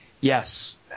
yes